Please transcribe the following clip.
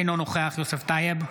אינו נוכח יוסף טייב,